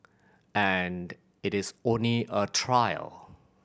and it is only a trial